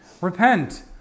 repent